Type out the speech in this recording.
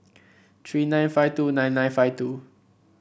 three nine five two nine nine five two